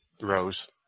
Rose